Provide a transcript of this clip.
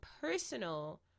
personal